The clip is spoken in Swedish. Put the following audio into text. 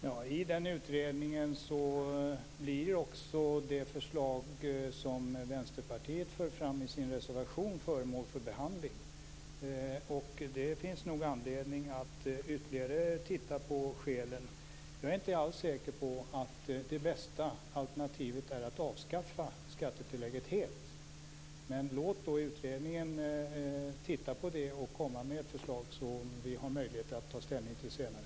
Herr talman! I den utredningen blir också det förslag som Vänsterpartiet för fram i sin reservation föremål för behandling. Det finns nog anledning att ytterligare undersöka skälen. Jag är inte alls säker på att det bästa alternativet är att avskaffa skattetillägget helt. Men låt då utredningen titta närmare på detta och komma med ett förslag som vi har möjlighet att ta ställning till senare.